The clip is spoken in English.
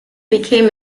became